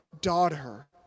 daughter